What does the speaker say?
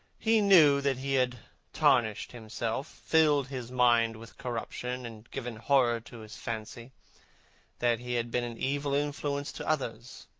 he knew that he had tarnished himself, filled his mind with corruption and given horror to his fancy that he had been an evil influence to others,